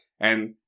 and-